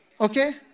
Okay